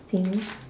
think